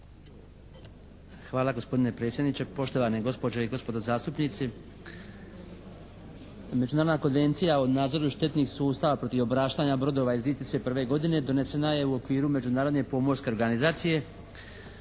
Hvala gospodine predsjedniče. Poštovane gospođe i gospodo zastupnici. Međunarodna Konvencija o nadzoru štetnih sustava protiv obraštanja brodova iz 2001. godine donesena je u okviru međunarodne pomorske organizacije,